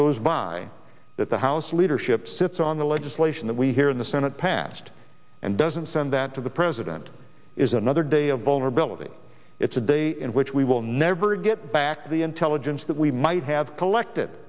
goes by that the house leadership sits on the legislation that we hear in the senate passed and doesn't send that to the president is another day of vulnerability it's a day in which we will never get back the intelligence that we might have collected